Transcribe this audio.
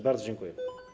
Bardzo dziękuję.